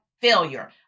failure